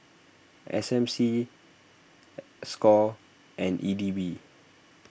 S M C Score and E D B